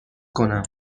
کنم